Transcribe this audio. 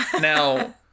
Now